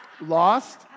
Lost